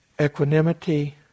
equanimity